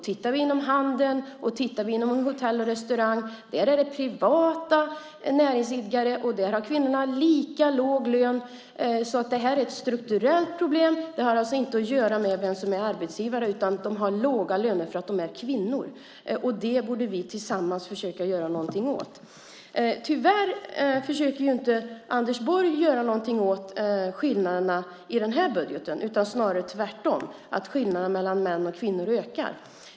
Tittar vi på hur det är inom handeln och inom hotell och restaurang där det är privata näringsidkare så har kvinnorna där lika låga löner. Så detta är ett strukturellt problem. Det har alltså inte att göra med vem som är arbetsgivare. De har låga löner för att de är kvinnor. Det borde vi tillsammans försöka göra någonting åt. Tyvärr försöker inte Anders Borg göra någonting åt skillnaderna i denna budget. Det är snarare tvärtom, alltså att skillnaderna mellan män och kvinnor ökar.